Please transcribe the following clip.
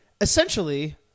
essentially